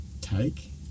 take